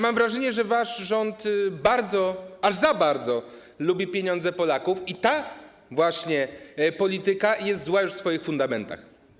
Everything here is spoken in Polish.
Mam wrażenie, że wasz rząd bardzo, aż za bardzo lubi pieniądze Polaków i ta właśnie polityka jest zła już od swoich fundamentów.